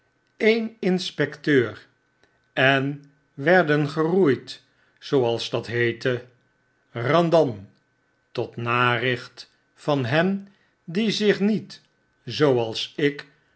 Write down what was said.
slechtseenzittemeen lnspecteur en werden geroeid zooals dat heette randan tot naricht van hen die zich niet zooals ik